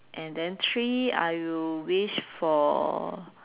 and then three I will wish for